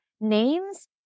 names